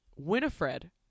Winifred